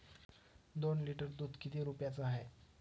दोन लिटर दुध किती रुप्याचं हाये?